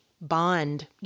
bond